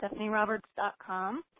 stephanieroberts.com